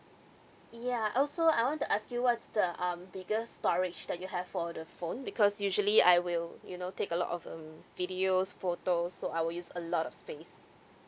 yeah also I want to ask you what's the um bigger storage that you have for the phone because usually I will you know take a lot of um videos photos so I will use a lot of space